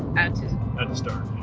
add to and start,